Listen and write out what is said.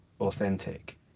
authentic